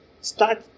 start